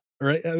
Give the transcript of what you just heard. Right